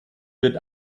wird